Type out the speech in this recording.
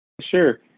Sure